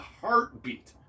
heartbeat